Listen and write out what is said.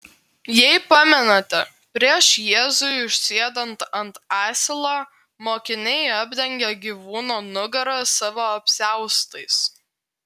jei pamenate prieš jėzui užsėdant ant asilo mokiniai apdengia gyvūno nugarą savo apsiaustais